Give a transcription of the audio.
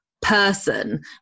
person